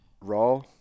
Raw